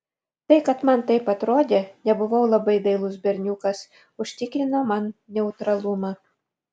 tai kad man taip atrodė nebuvau labai dailus berniukas užtikrino man neutralumą